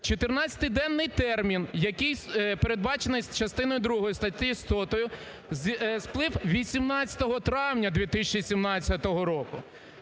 14-денний термін, який передбачений частиною другою статті 100-ю, сплив 18 травня 2017 року.